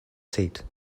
seat